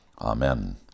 Amen